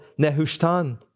Nehushtan